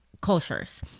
cultures